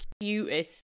cutest